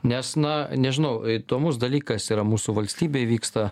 nes na nežinau įdomus dalykas yra mūsų valstybėj vyksta